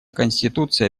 конституция